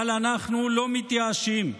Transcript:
אבל אנחנו לא מתייאשים.